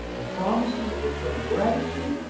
and promises of eternal gratitude,